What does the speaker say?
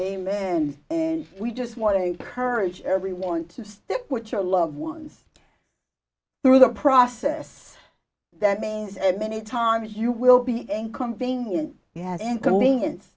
amen in we just want to encourage everyone to stick with your loved ones through the process that means and many times you will be inconvenient he has inconvenience